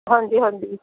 ਹਾਂਜੀ ਹਾਂਜੀ